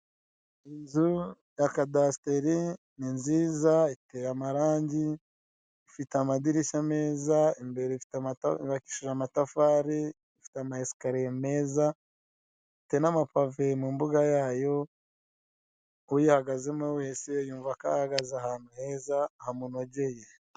Inzu ya kadasiteri ni nziza iteye amarangi, ifite amadirishya meza, imbere yubakishije amatafari, ifite amasikariye meza, ifite namapave mu mbuga yayo uyihagazemo wese yumva ko ahagaze ahantu heza hamunogeye.